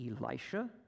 Elisha